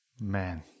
Man